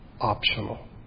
optional